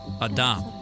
Adam